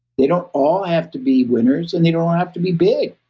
they don't all have to be winners and they don't don't have to be big.